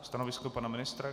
Stanovisko pana ministra?